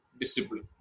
discipline